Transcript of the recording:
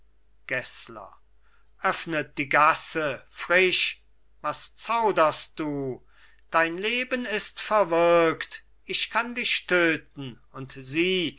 gessler öffnet die gasse frisch was zauderst du dein leben ist verwirkt ich kann dich töten und sieh